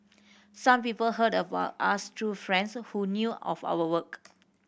some people heard about us through friends who knew of our work